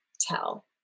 tell